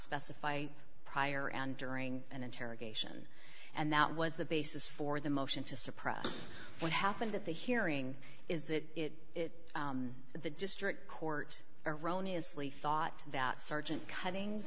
specify prior and during an interrogation and that was the basis for the motion to suppress what happened at the hearing is that it the district court erroneous lee thought that sergeant cutting